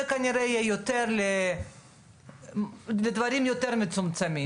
זה כנראה יהיה יותר לדברים יותר מצומצמים.